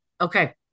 Okay